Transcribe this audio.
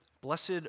Blessed